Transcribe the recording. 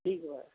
ठीक बा